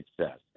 success